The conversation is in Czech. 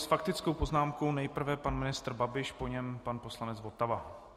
S faktickou poznámkou nejprve pan ministr Babiš, po něm pan poslanec Votava.